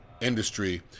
industry